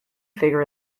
figure